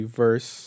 verse